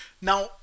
Now